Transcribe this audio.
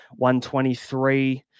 123